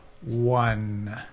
one